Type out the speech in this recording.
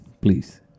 please